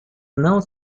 não